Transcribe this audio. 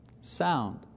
Sound